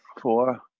four